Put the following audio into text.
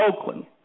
Oakland